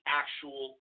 actual